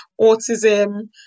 autism